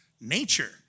nature